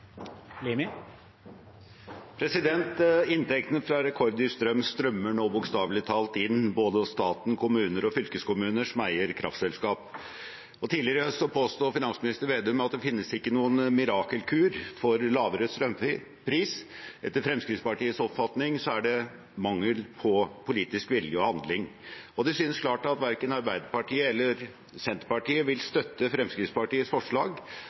Inntektene fra rekorddyr strøm strømmer nå – bokstavelig talt – inn hos både stat, kommuner og fylkeskommuner som eier kraftselskaper. Tidligere i høst påsto finansminister Slagsvold Vedum at det ikke finnes noen mirakelkur for lavere strømpris. Etter Fremskrittspartiets oppfatning er det mangel på politisk vilje og handling. Det synes klart at verken Arbeiderpartiet eller Senterpartiet vil støtte Fremskrittspartiets forslag